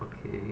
okay